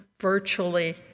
virtually